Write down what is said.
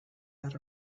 out